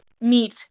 meet